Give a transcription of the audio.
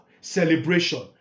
celebration